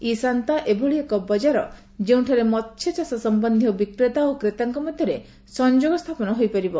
ଇ SANTA ଏଭଳି ଏକ ବଜାର ଯେଉଁଠାରେ ମସ୍ୟଚାଷ ସମ୍ଭନ୍ଧୀୟ ବିକ୍ରେତା ଓ କ୍ରେତାଙ୍କ ମଧ୍ୟରେ ସଂଯୋଗ ସ୍ଥାପନ ହୋଇପାରିବ